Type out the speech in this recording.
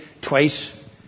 twice